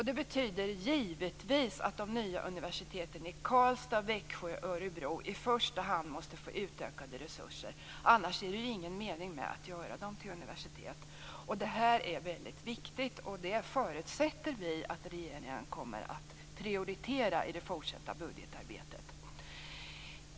Det betyder givetvis att i första hand de nya universiteten i Karlstad, Växjö och Örebro måste få utökade resurser. Annars är det ingen mening med att göra dem till universitet. Det är viktigt. Vi förutsätter att regeringen kommer att prioritera detta i det fortsatta budgetarbetet.